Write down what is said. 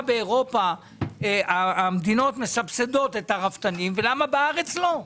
באירופה המדינות מסבסדות את הרפתנים ולמה בארץ לא?